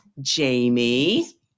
Jamie